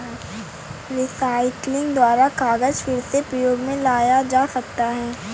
recycling द्वारा कागज फिर से प्रयोग मे लाया जा सकता है